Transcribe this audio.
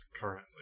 currently